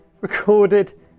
recorded